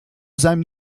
seinem